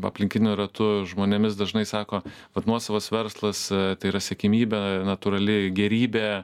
aplinkiniu ratu žmonėmis dažnai sako kad nuosavas verslas tai yra siekiamybė natūrali gėrybė